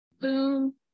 Boom